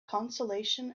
consolation